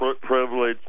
privilege